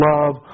love